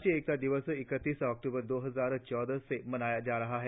राष्ट्रीय एकता दिवस इकतीस अक्टूबर दो हजार चौदह से मनाया जा रहा है